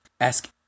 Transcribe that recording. ask